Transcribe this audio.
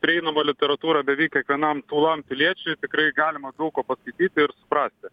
prieinama literatūra beveik kiekvienam tūlam piliečiui tikrai galima daug ko paskaityti ir suprasti